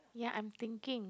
ya I'm thinking